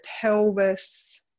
pelvis